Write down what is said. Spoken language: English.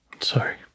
sorry